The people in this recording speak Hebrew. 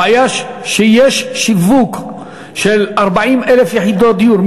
הבעיה היא שיש שיווק של 40,000 יחידות דיור,